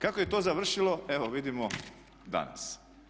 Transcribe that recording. Kako je to završilo evo vidimo danas.